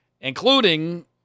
including